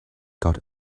got